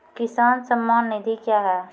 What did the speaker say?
किसान सम्मान निधि क्या हैं?